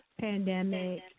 pandemic